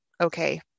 okay